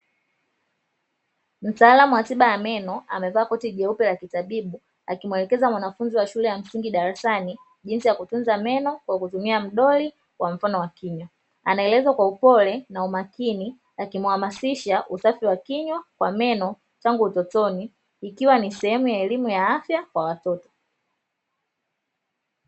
Mtaalamu wa tiba ya meno ameva koti jeupe la kitabibu akimuelekeza mwanafunzi wa shule la msingi darasani, jinsi ya kutunza meno kwa kutumia mdoli kwa mfano wa kinywa anaeleza kwa upole na umakini, akimuhamasisha usafi wa kinywa kwa meno tangu utotoni, ikiwa ni sehemu ya elimu ya afya kwa watoto.